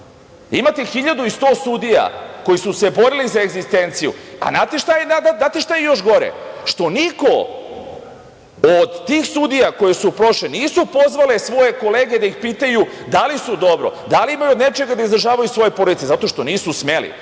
Imate 1.100 sudija koji su se borili za egzistenciju. Znate šta je još gore? Što niko od tih sudija koje su prošle nisu pozvale svoje kolege da ih pitaju da li su dobro, da li imaju od nečega da izdržavaju svoje porodice. Zato što nisu smeli,